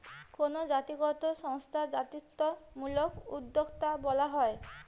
কোনো জাতিগত সংস্থা জাতিত্বমূলক উদ্যোক্তা বলা হয়